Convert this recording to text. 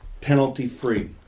penalty-free